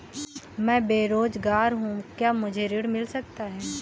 मैं बेरोजगार हूँ क्या मुझे ऋण मिल सकता है?